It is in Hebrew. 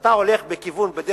כשאתה הולך בכיוון,